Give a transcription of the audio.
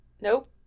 Nope